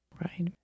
right